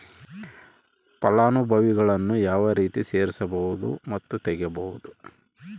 ಫಲಾನುಭವಿಗಳನ್ನು ಯಾವ ರೇತಿ ಸೇರಿಸಬಹುದು ಮತ್ತು ತೆಗೆಯಬಹುದು?